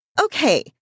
okay